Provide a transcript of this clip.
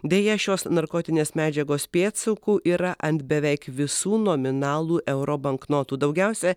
deja šios narkotinės medžiagos pėdsakų yra ant beveik visų nominalų euro banknotų daugiausia